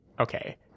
Okay